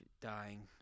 dying